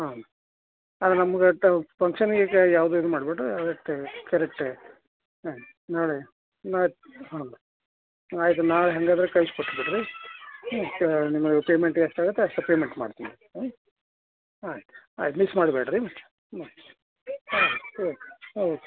ಹಾಂ ಅದು ನಮ್ಗೆ ಫಂಕ್ಷನ್ಗೀಗ ಯಾವುದು ಇದು ಮಾಡಬ್ಯಾಡ್ರಿ ಅದು ಕರೆಕ್ಟ್ ಹಾಂ ನಾಳೆ ಆಯ್ತು ನಾಳೆ ಹಾಗಾದ್ರೆ ಕಳಿಸಿಕೊಟ್ಟು ಬಿಡಿರಿ ಹ್ಞೂ ನಿಮಗೆ ಪೇಮೆಂಟ್ ಎಷ್ಟಾಗತ್ತೆ ಅಷ್ಟು ಪೇಮೆಂಟ್ ಮಾಡ್ತೀನಿ ಹ್ಞೂ ಆಯ್ತು ಆಯ್ತು ಮಿಸ್ ಮಾಡಬ್ಯಾಡ್ರಿ ಮತ್ತೆ ಹ್ಞೂ ಸರಿ ಸರಿ ಓಕೆ